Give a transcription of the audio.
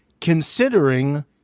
considering